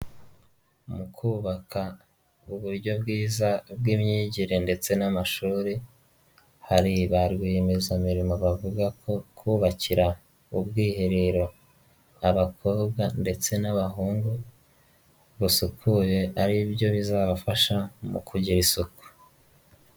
Mu kubaka uburyo bwiza bw'imyigire ndetse n'amashuri hari ba rwiyemezamirimo bavuga ko kubakira ubwiherero abakobwa ndetse n'abahungu busukuye ari byo bizabafasha mu kugira isuku.